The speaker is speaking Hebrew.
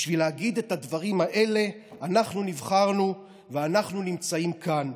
בשביל להגיד את הדברים האלה אנחנו נבחרנו ואנחנו נמצאים כאן.